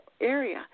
area